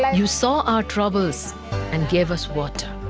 yeah you saw our troubles and gave us water.